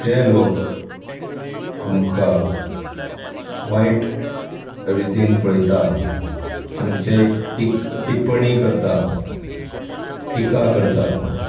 जें लोक आमकां वायट रितीन पळयतात आमचेर टिक टिप्पणी करतात टिका करतात